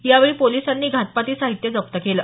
यावेळी पोलिसांनी घातपाती साहित्य जप्त केलं